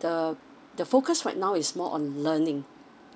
the the focus right now is more on learning